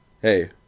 hey